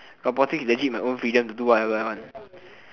robotics legit my own freedom to do what I want